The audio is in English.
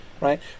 right